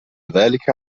ذلك